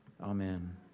Amen